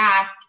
ask